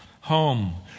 home